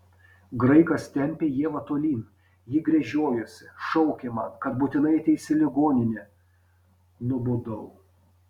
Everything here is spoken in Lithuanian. graikas tempė ievą tolyn ji gręžiojosi šaukė man kad būtinai ateis į ligoninę nubudau